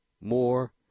more